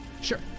Sure